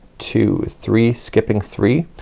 two, three, skipping three,